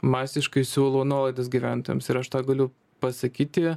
masiškai siūlo nuolaidas gyventojams ir aš tą galiu pasakyti